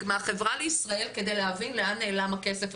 מהחברה לישראל כדי להבין לאן נעלם הכסף,